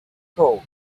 gold